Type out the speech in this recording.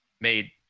made